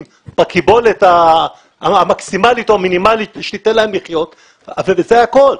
בקיבולת המקסימלית או המינימלית שתיתן להם לחיות וזה הכול.